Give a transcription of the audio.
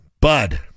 bud